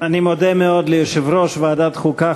אני מודה מאוד ליושב-ראש ועדת החוקה,